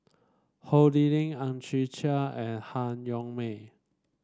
Ho Lee Ling Ang Chwee Chai and Han Yong May